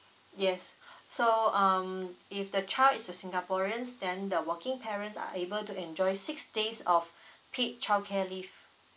yes so um if the child is a singaporeans then the working parents are able to enjoy six days of peak childcare leave